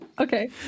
Okay